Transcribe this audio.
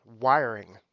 wiring